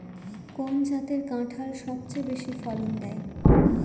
কোন জাতের কাঁঠাল সবচেয়ে বেশি ফলন দেয়?